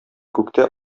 күктә